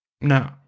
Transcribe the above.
No